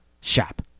shop